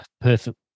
perfect